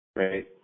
Great